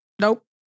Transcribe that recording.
Nope